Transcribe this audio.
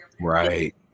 Right